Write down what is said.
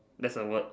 there's a word